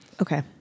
Okay